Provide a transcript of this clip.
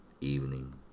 evening